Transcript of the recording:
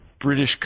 British